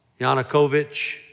Yanukovych